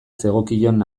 zegokion